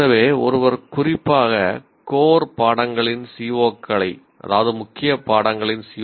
எனவே ஒருவர் குறிப்பாக கோர் பாடங்களின் சி